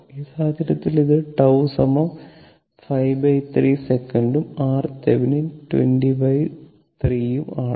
ഈ സാഹചര്യത്തിൽ ഇത് τ 53 സെക്കന്റും RThevenin 203 ഉം ആണ്